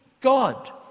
God